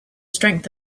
strength